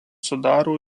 sudaro